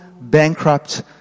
bankrupt